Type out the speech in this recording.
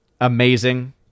amazing